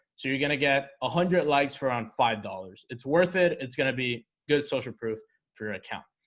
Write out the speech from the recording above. so you're gonna get a hundred likes for around five dollars. it's worth it it's gonna be good social proof for your account.